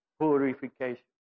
purification